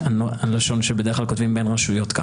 כך כותבים בדרך כלל בין רשויות.